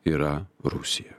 yra rusija